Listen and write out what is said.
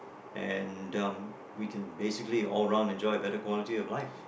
and um we can basically all around enjoy a better quality of life